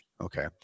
Okay